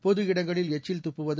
பொது இடங்களில் எச்சில் துப்புவது